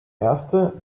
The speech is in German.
erste